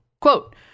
quote